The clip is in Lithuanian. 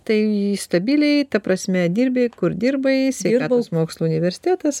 tai stabiliai ta prasme dirbi kur dirbai sveikatos mokslų universitetas